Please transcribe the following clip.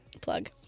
Plug